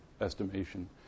estimation